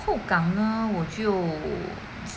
hougang 呢我就